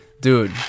dude